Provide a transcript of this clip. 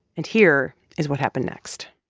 and here is what happened next